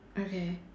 okay